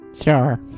Sure